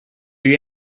you